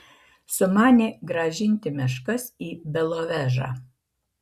sumanė grąžinti meškas į belovežą